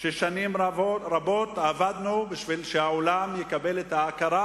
ששנים רבות עבדנו בשביל שהעולם יקבל את ההכרה,